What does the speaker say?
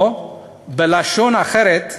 או בלשון אחרת,